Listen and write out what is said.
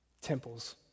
Temples